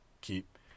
keep